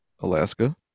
Alaska